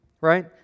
right